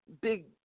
big